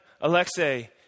Alexei